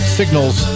signals